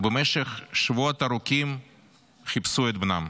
ובמשך שבועות ארוכים חיפשו את בנם.